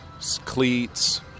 cleats